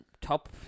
top